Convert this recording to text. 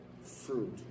fruit